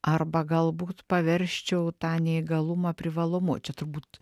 arba galbūt paversčiau tą neįgalumą privalumu čia turbūt